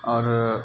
اور